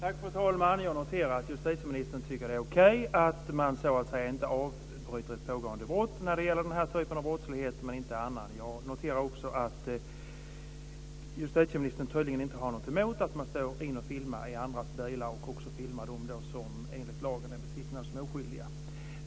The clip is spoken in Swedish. Fru talman! Jag noterar att justitieministern tycker att det är okej att man så att säga inte avbryter ett pågående brott när det gäller denna typ av brottslighet men inte när det gäller annan. Jag noterar också att justitieministern tydligen inte har något emot att man står och filmar in i andras bilar och också filmar dem som enligt lagen betecknas som oskyldiga.